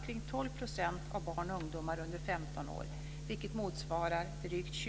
Omkring 12 % av barn och ungdomar under 15 år, vilket motsvarar drygt